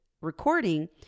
recording